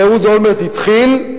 אהוד אולמרט התחיל,